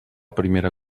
primera